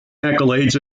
accolades